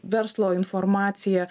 verslo informacija